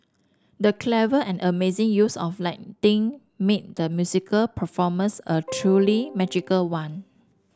the clever and amazing use of lighting made the musical performance a truly magical one